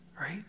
right